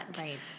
Right